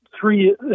three